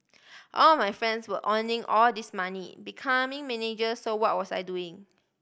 all my friends were earning all this money becoming manager so what was I doing